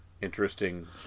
interesting